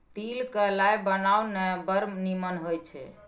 तिल क लाय बनाउ ने बड़ निमन होए छै